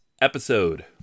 episode